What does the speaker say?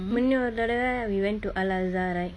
முன்ன ஒரு தடவ:munna oru thadava we went to al-azhar right